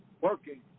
working